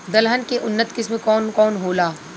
दलहन के उन्नत किस्म कौन कौनहोला?